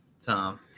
Tom